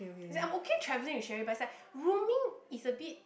as in I'm okay traveling with Cherry but it's like rooming is a bit